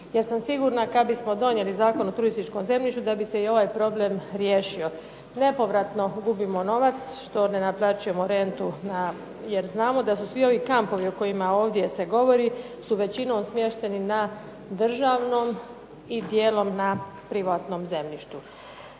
jer sam sigurna kad bismo donijeli Zakon o turističkom zemljištu da bi se i ovaj problem riješio. Nepovratno gubimo novac što ne naplaćujemo rentu jer znamo da su svi ovi kampovi o kojima ovdje se govori su većinom smješteni na državnom i dijelom na privatnom zemljištu.